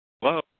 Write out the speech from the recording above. hello